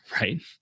right